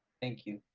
thank you,